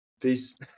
Peace